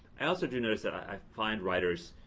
i also do notice that i find writers